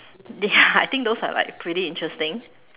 ya I think those are like pretty interesting